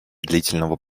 длительного